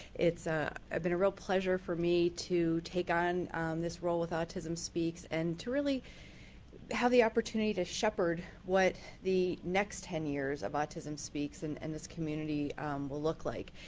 it's ah ah been a pleasure for me to take on this role with autism speaks and to really have the opportunity to sheperd what the next ten years of autism speaks and and this community will look like.